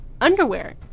underwear